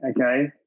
okay